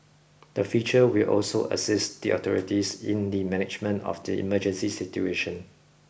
the feature will also assist the authorities in the management of the emergency situation